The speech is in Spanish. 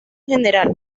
general